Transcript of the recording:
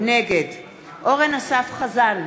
נגד אורן אסף חזן,